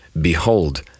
Behold